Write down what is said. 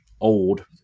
old